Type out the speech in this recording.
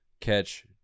catch